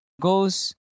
goes